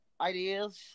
ideas